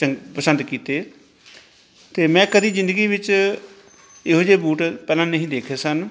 ਚੰ ਪਸੰਦ ਕੀਤੇ ਅਤੇ ਮੈਂ ਕਦੀ ਜ਼ਿੰਦਗੀ ਵਿੱਚ ਇਹੋ ਜਿਹੇ ਬੂਟ ਪਹਿਲਾਂ ਨਹੀਂ ਦੇਖੇ ਸਨ